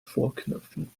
vorknöpfen